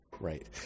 Right